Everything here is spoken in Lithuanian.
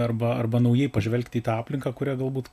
arba arba naujai pažvelgti į tą aplinką kurią galbūt